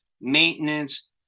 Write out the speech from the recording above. maintenance